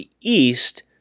East